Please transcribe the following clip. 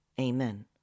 amen